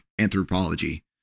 anthropology